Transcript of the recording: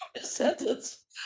sentence